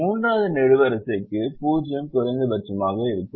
மூன்றாவது நெடுவரிசைக்கு 0 குறைந்தபட்சமாக இருக்கும்